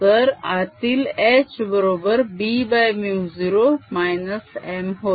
तर आतील H बरोबर Bμ0 M होय